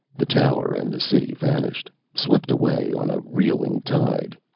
the tower and the city vanished, swept away on a reeling tide.